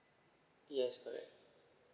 yes correct